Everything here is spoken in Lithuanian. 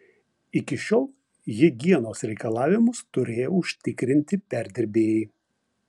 iki šiol higienos reikalavimus turėjo užtikrinti perdirbėjai